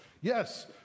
Yes